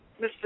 Mr